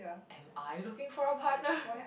am I looking for a partner